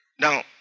Now